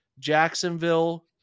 Jacksonville